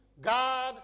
God